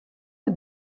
der